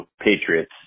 Patriots